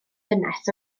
gynnes